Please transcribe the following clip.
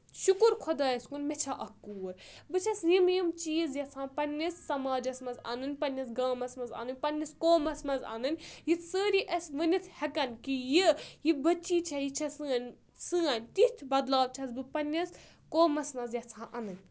شُکُر خۄدایَس کُن مےٚ چھا اکھ کوٗر بہٕ چھَس یِم یِم چیٖز یَژھان پنٕنِس سَماجَس منٛز اَنٕنۍ پنٕنِس گامَس منٛز اَنٕنۍ پنٕنِس قومَس منٛز اَنٕنۍ یِتھۍ سٲری اَسہِ ؤنِتھ ہؠکَان کہِ یہِ بٔچی چھےٚ یہِ چھَےٚ سٲنۍ سٲنۍ تِتھ بَدلاو چھَس بہٕ پنٕنِس قومَس منٛز یَژھان اَنٕنۍ